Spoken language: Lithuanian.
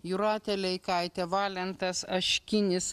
jūratė leikaitė valentas aškinis